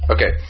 Okay